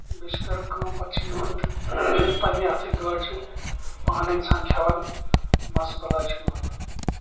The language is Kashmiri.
بییٚہِ چھِ کران کٲم پتہٕ چھِ یِوان تہٕ پننہِ اتھٕچ گٲڈ چھِ پانہٕ انسان کھیٚوان مزٕ بلاے چھِ یِوان پتہٕ